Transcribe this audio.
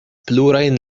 plurajn